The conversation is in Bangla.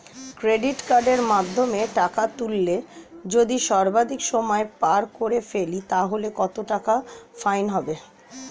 ক্রেডিট কার্ডের মাধ্যমে টাকা তুললে যদি সর্বাধিক সময় পার করে ফেলি তাহলে কত টাকা ফাইন হবে?